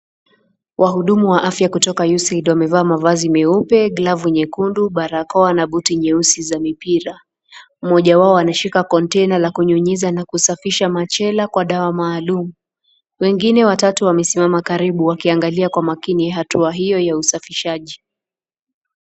Wahudumu wa afya kutoka USAID wamevaa mavazi meupe, glovu nyekundu, barakoa na buti nyeusi za mipira. Mmoja wao anashika container la kunyunyiza na kusafisha machela kwa dawa maalum. Wengine watatu wamesimama karibu wakiangalia kwa makini hatua hiyo ya usafishaji.